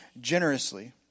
generously